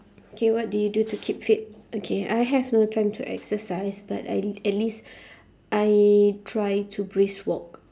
okay what do you to keep fit okay I have no time to exercise but I at least I try to brisk walk